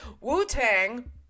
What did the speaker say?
Wu-Tang